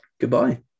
goodbye